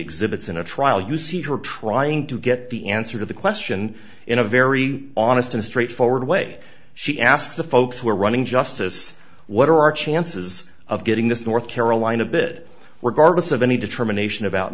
exhibits in a trial you see her trying to get the answer to the question in a very honest and straightforward way she asked the folks who are running justice what are our chances of getting this north carolina bit we're garbus of any determination about